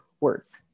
words